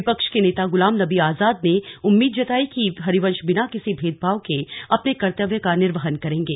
विपक्ष के नेता गुलाम नबी आजाद ने उम्मीद जताई कि श्री हरिवंश बिना किसी भेदभाव के अपने कर्तव्य का निर्वहन करेंगे